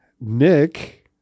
Nick